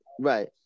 Right